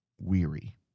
weary